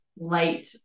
Light